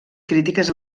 crítiques